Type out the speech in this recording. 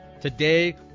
Today